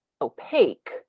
opaque